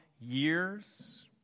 years